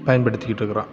பயன்படுத்திக்கிட்ருக்கறோம்